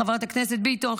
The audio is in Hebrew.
חברת הכנסת ביטון,